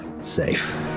safe